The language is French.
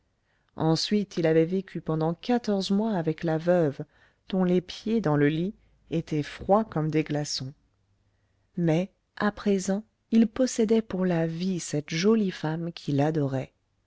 ensuite il avait vécu pendant quatorze mois avec la veuve dont les pieds dans le lit étaient froids comme des glaçons mais à présent il possédait pour la vie cette jolie femme qu'il adorait